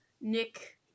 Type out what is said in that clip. Nick